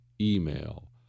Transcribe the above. email